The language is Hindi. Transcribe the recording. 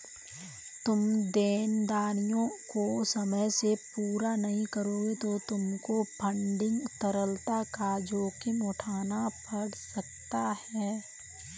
तुम देनदारियों को समय से पूरा नहीं करोगे तो तुमको फंडिंग तरलता का जोखिम उठाना पड़ सकता है